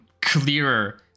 clearer